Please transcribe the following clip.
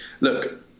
look